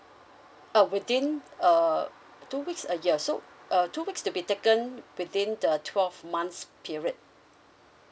uh within uh two weeks a year so uh two weeks to be taken within the twelve months period